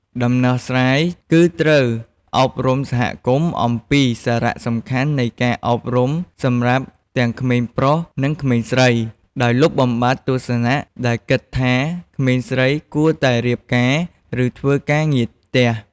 ដំណោះស្រាយគឺត្រូវ អប់រំសហគមន៍អំពីសារៈសំខាន់នៃការអប់រំសម្រាប់ទាំងក្មេងប្រុស និងក្មេងស្រី ដោយលុបបំបាត់ទស្សនៈដែលគិតថាក្មេងស្រីគួរតែរៀបការ ឬធ្វើការងារផ្ទះ។